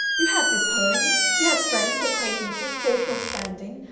you have this home. you have friends, acquaintances, social standing,